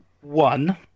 one